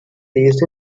based